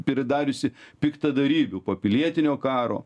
pridariusi piktadarybių po pilietinio karo